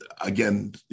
again